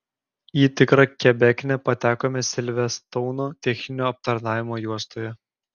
į tikrą kebeknę patekome silverstouno techninio aptarnavimo juostoje